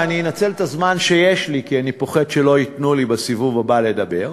ואני אנצל את הזמן שיש לי כי אני פוחד שלא ייתנו לי בסיבוב הבא לדבר,